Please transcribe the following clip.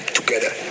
together